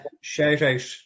shout-out